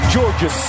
Georgia